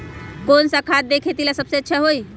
कौन सा खाद खेती ला सबसे अच्छा होई?